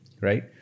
right